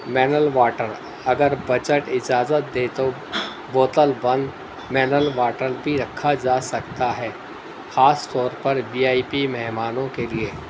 mineral water اگر budget اجازت دے تو بوتل بند منرل واٹر بھی رکھا جا سکتا ہے خاص طور پر وی آئی پی مہمانوں کے لیے